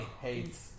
hates